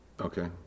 Okay